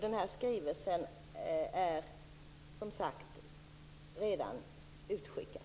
Den skrivelsen är redan utskickad.